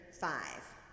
five